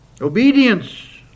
Obedience